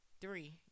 Three